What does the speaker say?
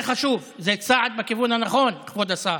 זה חשוב, זה צעד בכיוון הנכון, כבוד השר.